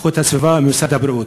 הגנת הסביבה, משרד הבריאות.